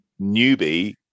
newbie